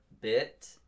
bit